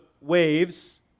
waves